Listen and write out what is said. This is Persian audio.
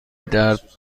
درد